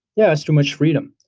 yeah. that's too much freedom.